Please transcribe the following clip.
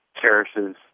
cherishes